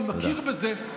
אני מכיר בזה,